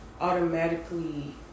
automatically